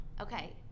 Okay